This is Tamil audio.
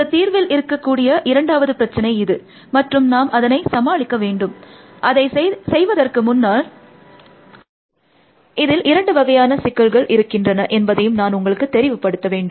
இந்த தீர்வில் இருக்கக்கூடிய இரண்டாவது பிரச்சசினை இது மற்றும் நாம் அதனை சமாளிக்க வேண்டும் அதை செய்வதர்க்கு முன்னாள் இதில் இரண்டு வகையான சிக்கல்கள் இருக்கின்றன என்பதையும் நான் உங்களுக்கு தெளிவுப்படுத்த வேண்டும்